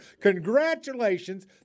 Congratulations